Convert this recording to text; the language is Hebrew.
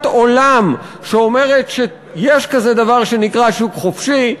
עולם שאומרת שיש כזה דבר שנקרא שוק חופשי,